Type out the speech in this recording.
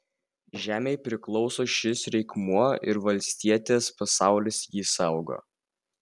žemei priklauso šis reikmuo ir valstietės pasaulis jį saugo